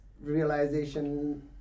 realization